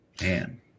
man